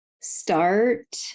start